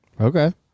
Okay